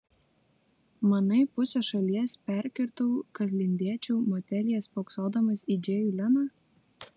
manai pusę šalies perkirtau kad lindėčiau motelyje spoksodamas į džėjų leną